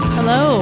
Hello